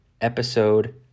episode